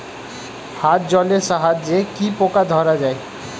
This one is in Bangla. হাত জলের সাহায্যে কি পোকা ধরা যায়?